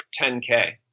10K